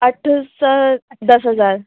अठ सौ ॾह हज़ार